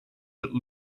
that